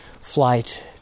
flight